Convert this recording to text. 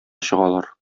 чыгалар